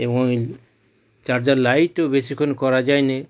এবং এই চার্জার লাইটেও বেশিক্ষণ করা যায় না